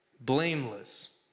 blameless